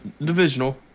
Divisional